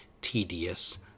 tedious